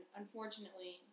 unfortunately